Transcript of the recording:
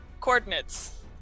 coordinates